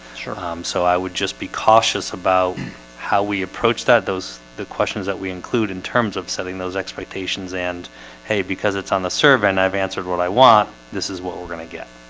sure um so i would just be cautious about how we approach that those the questions that we include in terms of setting those expectations and hey because it's on the survey and i've answered what i want. this is what we're gonna get